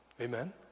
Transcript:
Amen